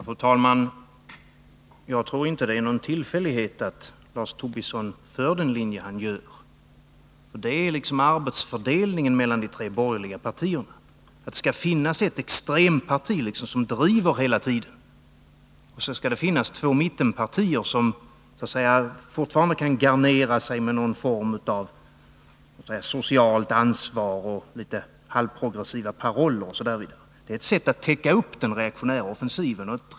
Fru talman! Jag tror inte att det är någon tillfällighet att Lars Tobisson driver den linje han gör. Det är liksom arbetsfördelningen mellan de tre borgerliga partierna — det skall finnas ett extremt parti som hela tiden driver på och så skall det finnas två mittenpartier som fortfarande kan garnera sig med någon form av socialt ansvar, litet halvprogressiva paroller osv. Det är ett rätt slugt sätt att täcka upp den reaktionära offensiven.